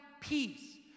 peace